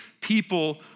people